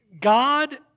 God